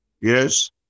Yes